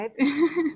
right